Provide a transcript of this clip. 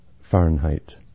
Fahrenheit